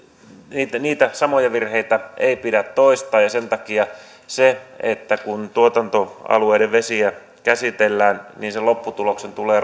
niitä samoja virheitä ei pidä toistaa ja sen takia siinä kun tuotantoalueiden vesiä käsitellään sen lopputuloksen tulee